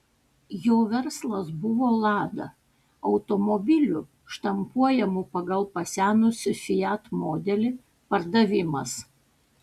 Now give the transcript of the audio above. jo verslas buvo lada automobilių štampuojamų pagal pasenusį fiat modelį pardavimas